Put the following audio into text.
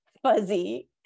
fuzzy